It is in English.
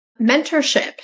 Mentorship